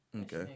Okay